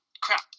crap